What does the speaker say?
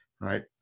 right